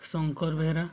Shankar Behera